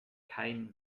kein